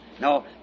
No